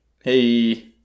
Hey